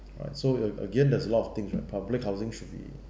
right so a again there is a lot of things right public housing should be